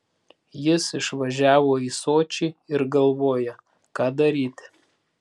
jis išvažiavo į sočį ir galvoja ką daryti